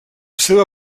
seva